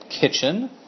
kitchen